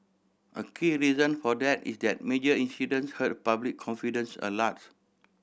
a key reason for that is that major incidents hurt public confidence a lot